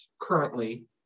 currently